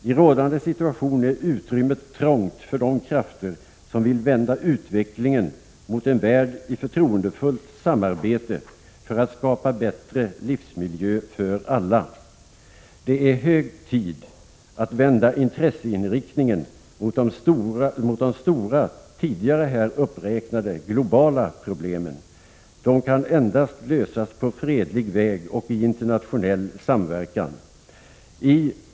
I rådande situation är utrymmet trångt för de krafter som vill vända utvecklingen mot en värld i förtroendefullt samarbete för att skapa bättre livsmiljö för alla. Det är hög tid att vända intresseinriktningen mot de stora tidigare här uppräknade, globala problemen. De kan endast lösas på fredlig väg och i internationell samverkan.